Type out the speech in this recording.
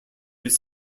was